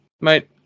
mate